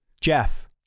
Jeff